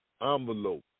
envelope